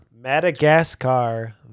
madagascar